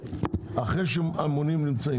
אחרי שהם נמצאים?